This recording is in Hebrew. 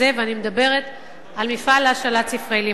ואני מדברת על מפעל להשאלת ספרי לימוד.